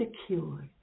secure